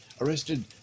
arrested